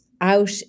out